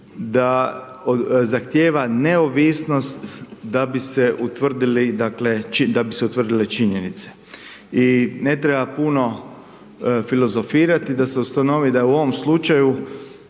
se utvrdili, dakle da bi se utvrdile činjenice. I ne treba puno filozofirati da se ustanovi da u ovom slučaju